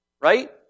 Right